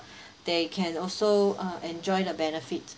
they can also uh enjoy the benefit